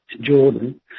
Jordan